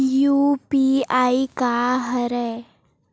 UPI का हरय?